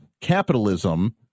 capitalism